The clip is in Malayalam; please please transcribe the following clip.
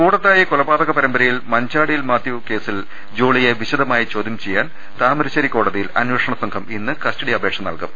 കൂടത്തായി കൊലപാതക പരമ്പരയിൽ മഞ്ചാടിയിൽ മാത്യു കേസിൽ ജോളിയെ വിശദമായി ചോദ്യം ചെയ്യാൻ താമരശേരി കോട തിയിൽ അന്വേഷണ സംഘം ഇന്ന് കസ്റ്റഡി അപേക്ഷ നൽകും